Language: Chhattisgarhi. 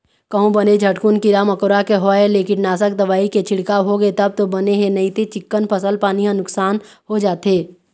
कहूँ बने झटकुन कीरा मकोरा के होय ले कीटनासक दवई के छिड़काव होगे तब तो बने हे नइते चिक्कन फसल पानी ह नुकसान हो जाथे